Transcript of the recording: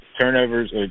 turnovers